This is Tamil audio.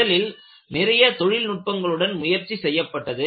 முதலில் நிறைய தொழில்நுட்பங்களுடன் முயற்சி செய்யப்பட்டது